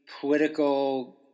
political